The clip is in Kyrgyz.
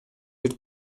бир